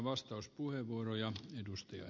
arvoisa puhemies